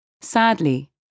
Sadly